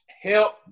help